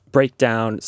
Breakdown